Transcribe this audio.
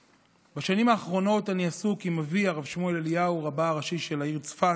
אבי, הרב שמואל אליהו, רבה הראשי של העיר צפת,